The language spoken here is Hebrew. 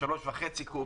3.5 קוב?